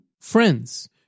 Friends